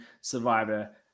Survivor